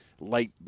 light